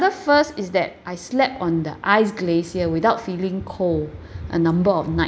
first is that I slept on the ice glacier without feeling cold a number of nights